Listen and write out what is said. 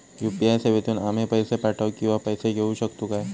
UPI सेवेतून आम्ही पैसे पाठव किंवा पैसे घेऊ शकतू काय?